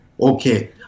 Okay